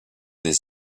des